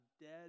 dead